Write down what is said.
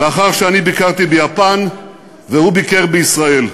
לאחר שאני ביקרתי ביפן והוא ביקר בישראל.